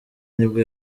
nibwo